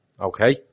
okay